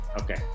Okay